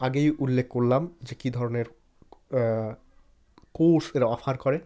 আগেই উল্লেখ করলাম যে কী ধরনের কোর্স এরা অফার করে